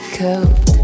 coat